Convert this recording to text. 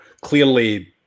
Clearly